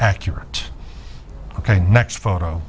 accurate ok next photo